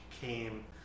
came